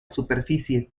superficie